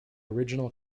original